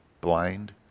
blind